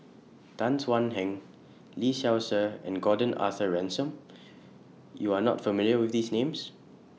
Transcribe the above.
Tan Thuan Heng Lee Seow Ser and Gordon Arthur Ransome YOU Are not familiar with These Names